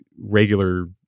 regular